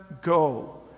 Go